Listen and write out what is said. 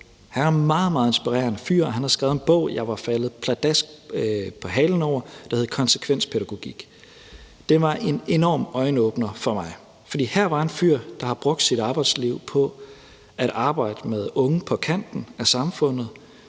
Han var en meget, meget inspirerende fyr. Han har skrevet en bog, jeg var faldet pladask på halen over, der hed »Konsekvenspædagogik«. Den var en enorm øjenåbner for mig, for her var en fyr, der har brugt sit arbejdsliv på at arbejde med unge på kanten af samfundet,